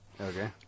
Okay